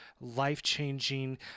life-changing